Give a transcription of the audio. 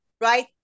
right